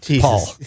Paul